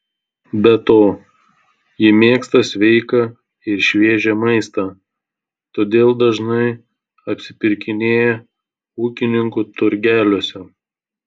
be to ji mėgsta sveiką ir šviežią maistą todėl dažnai apsipirkinėja ūkininkų turgeliuose